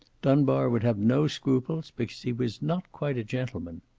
dunbar would have no scruples, because he was not quite a gentleman.